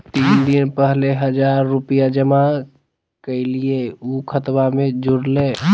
तीन दिन पहले हजार रूपा जमा कैलिये, ऊ खतबा में जुरले?